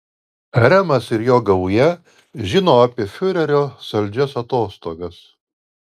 remas ir jo gauja žino apie fiurerio saldžias atostogas